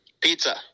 Pizza